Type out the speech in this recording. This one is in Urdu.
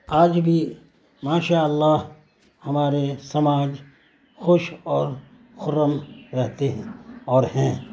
آج بھی ماشاء اللہ ہمارے سماج خوش اور خرم رہتے ہیں اور ہیں